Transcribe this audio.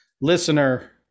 listener